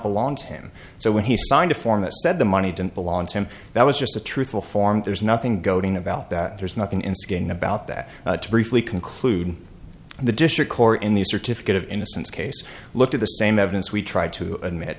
belong to him so when he signed a form that said the money didn't belong to him that was just a truthful form there's nothing goading about that there's nothing instigating about that briefly concluded the district court in the certificate of innocence case looked at the same evidence we tried to admit